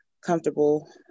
comfortable